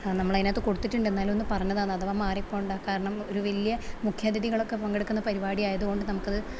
നമ്മള് അതിനകത്ത് കൊടുത്തിട്ടുണ്ട് എന്നാലും ഒന്ന് പറഞ്ഞതാണ് അഥവാ മാറി പോകേണ്ട കാരണം ഒരു വലിയ മുഖ്യതിഥികളൊക്കെ പങ്കെടുക്കുന്ന പരിപാടി ആയതുകൊണ്ട് നമുക്ക് അത്